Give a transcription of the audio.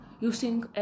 using